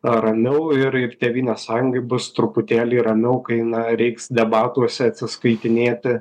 ramiau ir ir tėvynės sąjungai bus truputėlį ramiau kai na reiks debatuose atsiskaitinėti